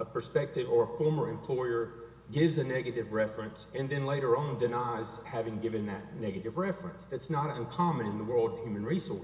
a perspective or former employer gives a negative reference and then later on denies having given that negative reference that's not uncommon in the world of human resource